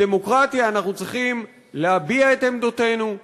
בדמוקרטיה אנחנו צריכים להביע את עמדותינו,